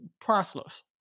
priceless